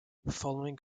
following